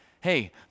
Hey